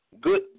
good